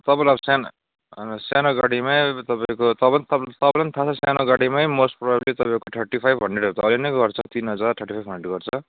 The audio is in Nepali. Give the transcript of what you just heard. तपाईँलाई सान सानो गाडीमै तपाईँको तप तपाईँ तपाईँलाई पनि थाहा सानो गाडीमै मोस्ट प्रोभेबली तपाईँको थर्टी फाइभ हन्ड्रेडहरू नै गर्छ न हजार थर्टी फाइभ हान्ड्रेड गर्छ